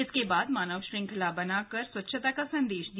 इसके बाद मानव श्रृंखला बनाकर स्वच्छता का संदेश दिया